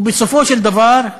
ובסופו של דבר,